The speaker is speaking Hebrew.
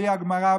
בלי הגמרא,